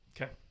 Okay